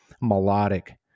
melodic